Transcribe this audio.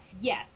Yes